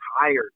tired